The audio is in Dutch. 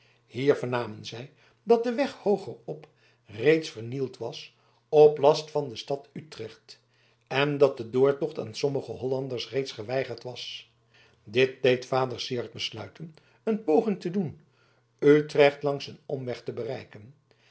hier vernamen zij dat de weg hooger op reeds vernield was op last van de stad utrecht en dat de doortocht aan sommige hollanders reeds geweigerd was dit deed vader syard besluiten een poging te doen utrecht langs een omweg te bereiken